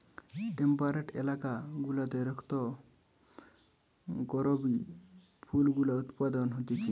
temperate এলাকা গুলাতে রক্ত করবি ফুল গুলা উৎপাদন হতিছে